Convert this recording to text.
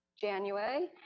January